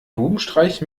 bubenstreich